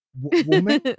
woman